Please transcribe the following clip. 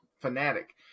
fanatic